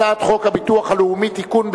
הצעת חוק הביטוח הלאומי (תיקון,